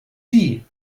die